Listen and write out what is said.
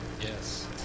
Yes